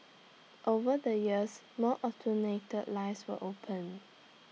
over the years more automated lines were opened